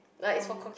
for me